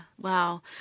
wow